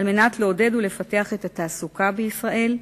על מנת לעודד ולפתח את התעסוקה בישראל,